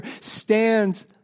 stands